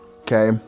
Okay